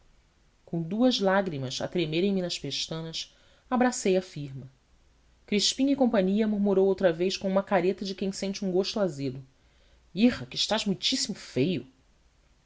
com duas lágrimas a tremerem me nas pestanas abracei a firma crispim cia murmurou outra vez com uma careta de quem sente um gosto azedo irra que estás muitíssimo feio